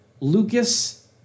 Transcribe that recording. Lucas